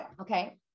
okay